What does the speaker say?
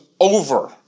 over